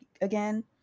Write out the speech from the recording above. again